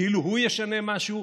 כאילו הוא ישנה משהו,